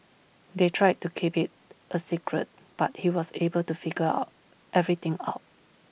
they tried to keep IT A secret but he was able to figure out everything out